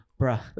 Bruh